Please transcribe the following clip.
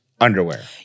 underwear